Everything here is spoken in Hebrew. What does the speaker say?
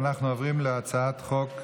ואנחנו עוברים להצעת החוק הבאה,